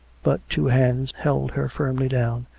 but two hands held her firmly down,